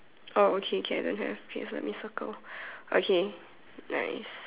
oh okay can don't have okay so let me circle okay nice